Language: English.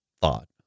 thought